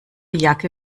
jacke